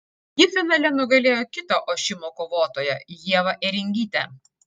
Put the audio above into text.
ji finale nugalėjo kitą ošimo kovotoją ievą ėringytę